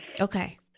Okay